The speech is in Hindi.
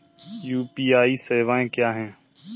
यू.पी.आई सवायें क्या हैं?